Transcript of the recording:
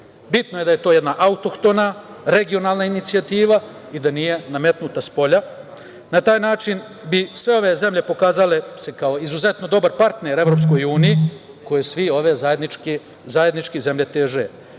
Bitno je da je to jedna autohtona, regionalna inicijativa i da nije nametnuta spolja. Na taj način bi sve ove zemlje pokazale se kao izuzetno dobar partner EU, kojoj sve ove zemlje zajednički teže. Zajednički